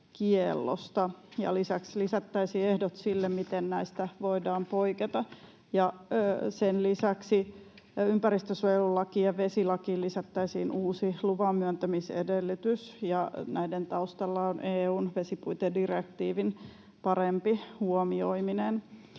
Lisäksi lisättäisiin ehdot sille, miten näistä voidaan poiketa. Sen lisäksi ympäristönsuojelulakiin ja vesilakiin lisättäisiin uusi luvanmyöntämisedellytys. Näiden taustalla on EU:n vesipuitedirektiivin parempi huomioiminen.